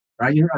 right